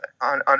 on